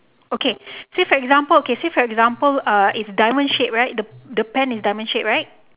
okay say for example okay say for example uh is diamond shape right the the pen is diamond shape right